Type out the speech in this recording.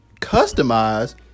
customize